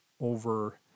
over